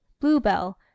bluebell